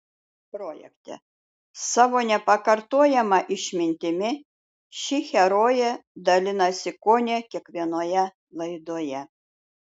projekte savo nepakartojama išmintimi ši herojė dalinasi kone kiekvienoje laidoje